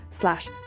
slash